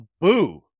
Boo